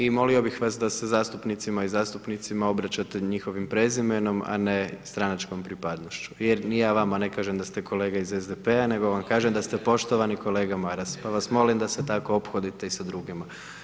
I molio bih vas da se zastupnicama i zastupnicima obraćate njihovim prezimenom, a ne stranačkom pripadnošću, jer ni ja vama ne kažem da ste kolega iz SDP-a nego vam kažem da ste poštovani kolega Maras, pa vas molim da se tako ophodite i sa drugima.